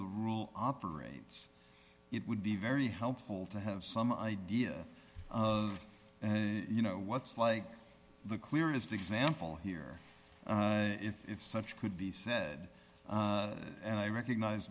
the rule operates it would be very helpful to have some idea and you know what's like the clearest example here if such could be said and i recognize